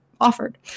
offered